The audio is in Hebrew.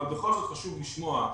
אבל בכל זאת חשוב לשמוע.